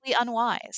unwise